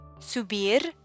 Subir